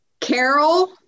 Carol